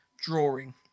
drawing